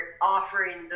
offering